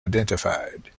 identified